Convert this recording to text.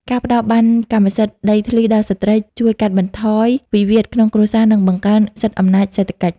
ការផ្ដល់ប័ណ្ណកម្មសិទ្ធិដីធ្លីដល់ស្រ្តី ជួយកាត់បន្ថយវិវាទក្នុងគ្រួសារ និងបង្កើនសិទ្ធិអំណាចសេដ្ឋកិច្ច។